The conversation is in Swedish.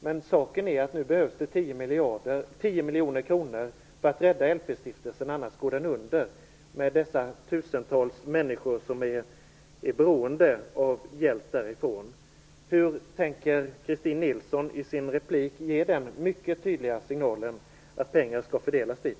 Men saken är den att nu behövs det 10 miljoner kronor för att rädda LP-stiftelsen, annars går den under med dessa tusentals människor som är beroende av hjälp därifrån. Tänker Christin Nilsson i sin replik ge den mycket tydliga signalen att pengar skall fördelas dit?